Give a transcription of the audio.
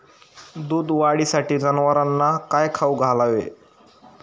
दूध वाढीसाठी जनावरांना काय खाऊ घालावे?